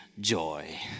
joy